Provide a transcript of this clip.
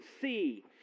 see